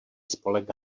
spolek